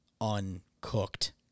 uncooked